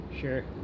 Sure